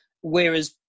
whereas